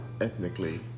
ethnically